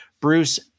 Bruce